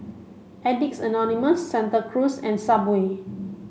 Addicts Anonymous Santa Cruz and Subway